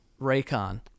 Raycon